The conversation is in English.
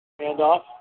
Handoff